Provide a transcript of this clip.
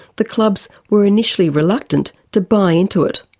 the clubs were initially reluctant to buy into it.